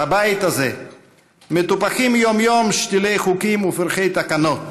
בבית הזה מטופחים יום-יום שתילי חוקים ופרחי תקנות